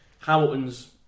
Hamilton's